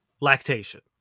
lactation